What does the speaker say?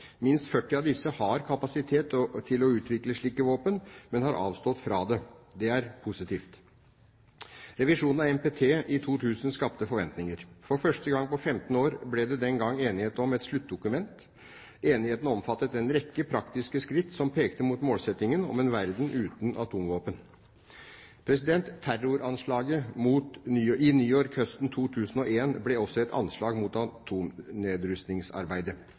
å utvikle slike våpen, men har avstått fra det. Det er positivt. Revisjonen av Ikke-spredningsavtalen, NPT, i 2000 skapte forventninger. For første gang på 15 år ble det den gang enighet om et sluttdokument. Enigheten omfattet en rekke praktiske skritt som pekte mot målsettingen om en verden uten atomvåpen. Terroranslaget i New York høsten 2001 ble også et anslag mot